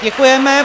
Děkujeme.